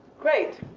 great.